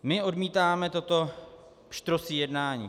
My odmítáme toto pštrosí jednání.